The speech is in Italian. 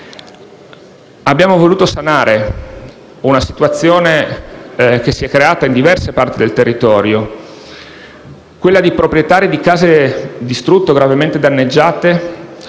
Abbiamo voluto sanare una situazione che si è creata in diverse parti del territorio, cioè quella di proprietari di case distrutte o gravemente danneggiate